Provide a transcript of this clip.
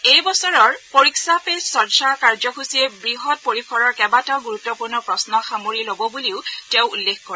এই বছৰৰ পৰীক্ষা পে চৰ্চা কাৰ্যসূচীয়ে বৃহৎ পৰিসৰৰ কেইবাটাও গুৰুত্বপূৰ্ণ প্ৰশ্ন সামৰি লব বুলিও তেওঁ উল্লেখ কৰে